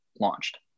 launched